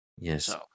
Yes